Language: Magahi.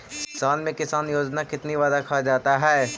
साल में किसान योजना कितनी बार रखा जाता है?